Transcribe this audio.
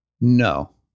No